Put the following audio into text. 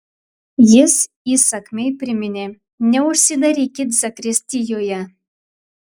jis įsakmiai priminė neužsidarykit zakristijoje